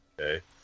Okay